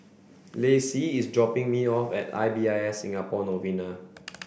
Lacey is dropping me off at I b I S Singapore Novena